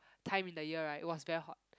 time in the year right it was very hot